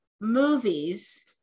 movies